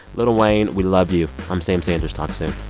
lil wayne, we love you. i'm sam sanders. talk soon